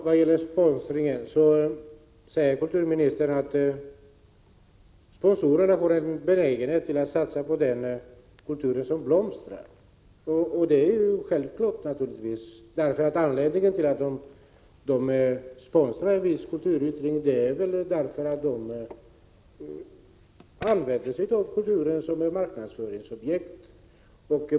Herr talman! Kulturministern säger att sponsorerna har en benägenhet att satsa på den kultur som blomstrar. Det är självklart. Anledningen till att de sponsrar en viss kulturyttring är att de använder sig av kulturen som ett marknadsföringsmedel.